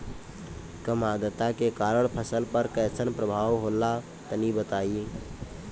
कम आद्रता के कारण फसल पर कैसन प्रभाव होला तनी बताई?